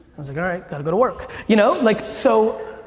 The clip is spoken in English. i was like, all right, gotta go to work. you know like so,